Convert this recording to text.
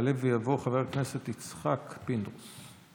יעלה ויבוא חבר הכנסת יצחק פינדרוס.